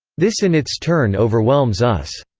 this in its turn overwhelms us.